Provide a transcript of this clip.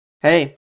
hey